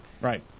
Right